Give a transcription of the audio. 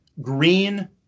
green